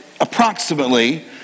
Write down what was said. approximately